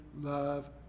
love